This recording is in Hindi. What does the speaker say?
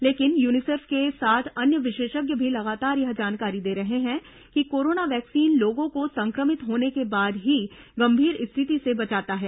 लेकिन यूनिसेफ के साथ अन्य विशेषज्ञ भी लगातार यह जानकारी दे रहे हैं कि कोरोना वैक्सीन लोगों को संक्रमित होने के बाद ही गंभीर स्थिति से बचाता है